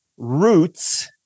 roots